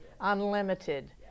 Unlimited